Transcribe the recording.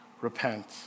repent